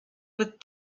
with